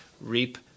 reap